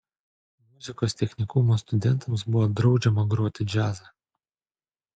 muzikos technikumo studentams buvo draudžiama groti džiazą